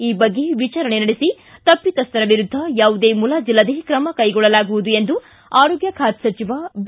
ಈ ಬಗ್ಗೆ ವಿಚಾರಣೆ ನಡೆಸಿ ತಪ್ಪಿತಸ್ಥರ ವಿರುದ್ಧ ಯಾವುದೇ ಮುಲಾಜಿಲ್ಲದೇ ಕ್ರಮ ಕೈಗೊಳ್ಳಲಾಗುವುದು ಎಂದು ಆರೋಗ್ಯ ಖಾತೆ ಸಚಿವ ಬಿ